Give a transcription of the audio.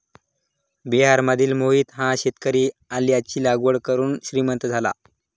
बिहारमधील मोहित हा शेतकरी आल्याची लागवड करून श्रीमंत झाला